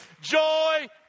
joy